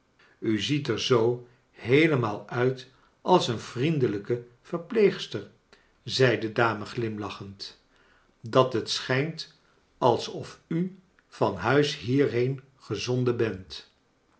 u ziet er zoo heelemaal uit als een vriendelijke verpleegster zei do charles dickens dame glimlachend dat het schijnt alsof u van huis hierheen gezonden bent